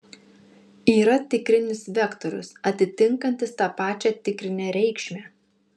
yra tikrinis vektorius atitinkantis tą pačią tikrinę reikšmę